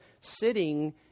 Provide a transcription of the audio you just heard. sitting